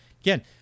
Again